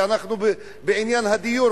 ואנחנו בעניין הדיור,